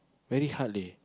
very hard leh